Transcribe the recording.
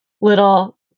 little